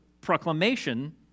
proclamation